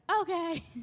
okay